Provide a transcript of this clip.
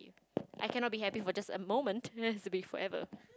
I cannot be happy for just a moment it has to be forever